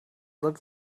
looked